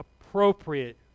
appropriate